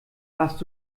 hast